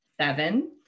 Seven